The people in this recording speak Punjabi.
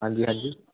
ਹਾਂਜੀ ਹਾਂਜੀ